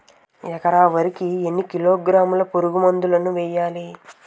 ఎకర వరి కి ఎన్ని కిలోగ్రాముల పురుగు మందులను వేయాలి?